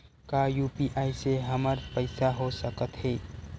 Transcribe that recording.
का यू.पी.आई से हमर पईसा हो सकत हे?